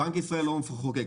בנק ישראל לא מחוקק.